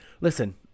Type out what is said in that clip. Listen